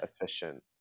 efficient